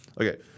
Okay